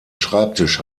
schreibtisch